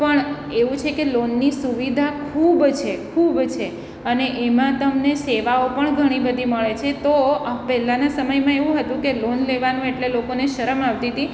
પણ એવું છે કે લોનની સુવિધા ખૂબ છે ખૂબ છે અને એમાં તમને સેવાઓ પણ ઘણી બધી મળે છે તો આ પહેલાંના સમયમાં એવું હતું કે લોન લેવાનું એટલે લોકોને શરમ આવતી હતી